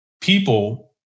people